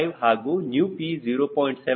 5 ಹಾಗೂ ηp 0